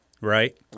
Right